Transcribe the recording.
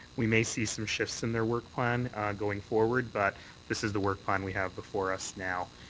we may see some shifts in their work plan going forward. but this is the work plan we have before us now.